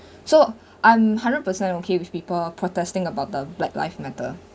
so I'm hundred percent okay with people protesting about the black life matter